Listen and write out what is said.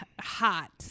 hot